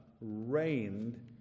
reigned